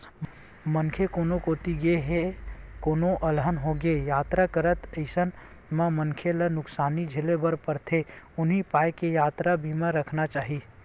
मनखे कोनो कोती गे हे कोनो अलहन होगे यातरा करत अइसन म मनखे ल नुकसानी झेले बर परथे उहीं पाय के यातरा बीमा रखना चाही